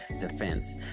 defense